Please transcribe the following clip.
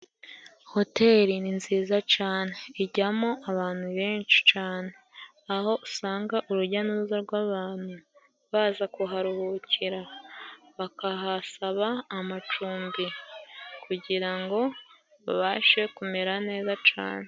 Hoteli ni nziza cane ijyamo abantu benshi cane. Aho usanga urujya n'uruza rw'abantu baza kuharuhukira bakahasaba amacumbi kugira ngo babashe kumera neza cane.